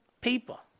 people